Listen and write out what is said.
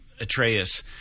Atreus